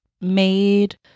made